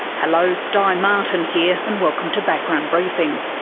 hello, di martin here, and welcome to background briefing.